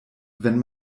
wenn